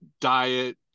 diet